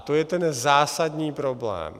To je ten zásadní problém.